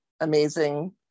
amazing